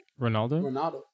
Ronaldo